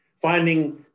finding